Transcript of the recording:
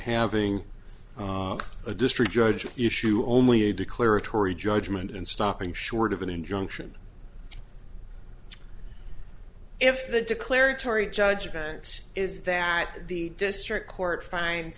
having a district judge issue only a declaratory judgment and stopping short of an injunction if the declaratory judgment is that the district court find